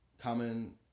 common